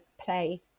play